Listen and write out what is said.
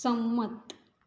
સંમત